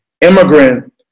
immigrant